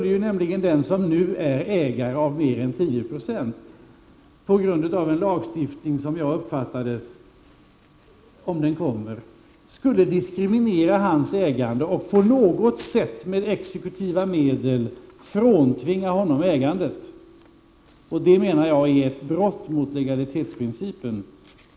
Enligt detta lagförslag skall, som jag uppfattar det, den som nu äger mer än 10 90 diskrimineras, och ägaren skall med exekutiva medel kunna fråntvingas ägandet. Jag menar att detta är ett brott mot legalitetsprincipen.